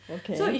okay